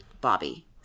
Bobby